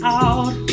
out